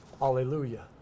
Hallelujah